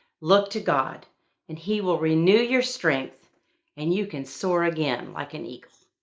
look to god and he will renew your strength and you can soar again like an eagle.